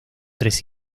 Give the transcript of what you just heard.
tres